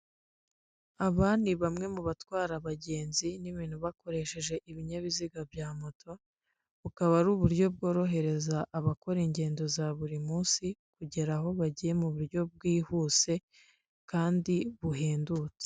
Aba ni bamwe mu batwara abagenzi n'ibintu bakoresheje ibinyabiziga bya moto bukaba ari uburyo bworohereza abakora ingendo za buri munsi kugera aho bagiye mu buryo bwihuse kandi buhendutse.